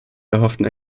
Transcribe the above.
erhofften